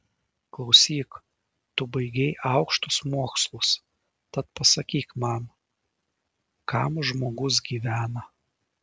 klausyk tu baigei aukštus mokslus tad pasakyk man kam žmogus gyvena